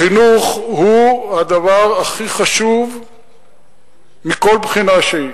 החינוך הוא הדבר הכי חשוב מכל בחינה שהיא.